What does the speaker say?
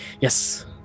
Yes